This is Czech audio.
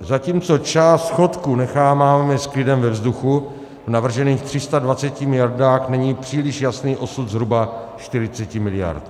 Zatímco část schodku necháváme s klidem ve vzduchu, v navržených 320 miliardách není příliš jasný osud zhruba 40 miliard.